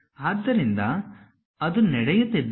ಆದ್ದರಿಂದ ಅದು ನಡೆಯುತ್ತಿದ್ದರೆ